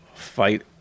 fight